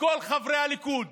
ולכל חברי הליכוד